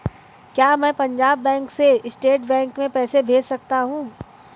क्या मैं पंजाब बैंक से स्टेट बैंक में पैसे भेज सकता हूँ?